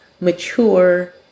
mature